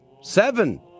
Seven